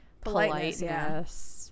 Politeness